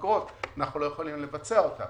בפגרות אבל אנחנו לא יכולים לבצע את הפעילות.